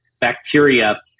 bacteria